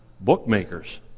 bookmakers